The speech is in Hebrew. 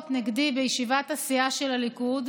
מתבכיינים ולא מושלים.